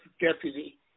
deputy